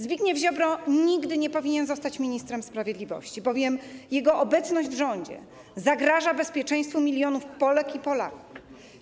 Zbigniew Ziobro nigdy nie powinien zostać ministrem sprawiedliwości, bowiem jego obecność w rządzie zagraża bezpieczeństwu milionów Polek i Polaków.